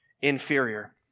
inferior